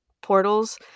portals